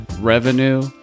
revenue